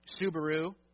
Subaru